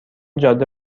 جاده